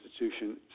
institution